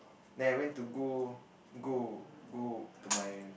then I went go go go to my